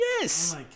Yes